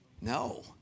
No